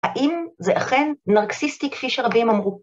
האם זה אכן נרקסיסטי כפי שרבים אמרו?